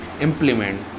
implement